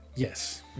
yes